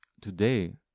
today